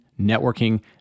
networking